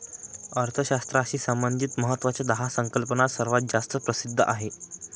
अर्थशास्त्राशी संबंधित महत्वाच्या दहा संकल्पना सर्वात जास्त प्रसिद्ध आहेत